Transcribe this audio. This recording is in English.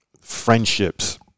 friendships